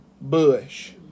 bush